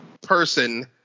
person